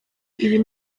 ibyo